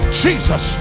jesus